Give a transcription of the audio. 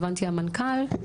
המנכ"ל?